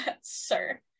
sir